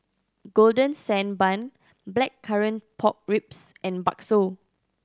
Golden Sand Bun Blackcurrant Pork Ribs and bakso